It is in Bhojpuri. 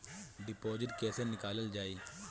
डिपोजिट कैसे निकालल जाइ?